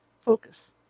Focus